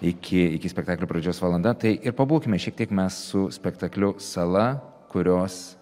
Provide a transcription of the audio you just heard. iki iki spektaklio pradžios valanda tai ir pabūkime šiek tiek mes su spektakliu sala kurios